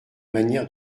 manière